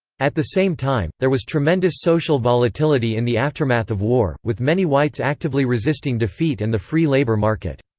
at the same time, there was tremendous social volatility in the aftermath of war, with many whites actively resisting defeat and the free labor market.